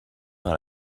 par